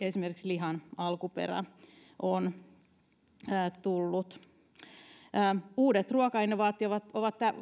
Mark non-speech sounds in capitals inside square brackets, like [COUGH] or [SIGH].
[UNINTELLIGIBLE] esimerkiksi lihan alkuperä on ollut uudet ruokainnovaatiot voivat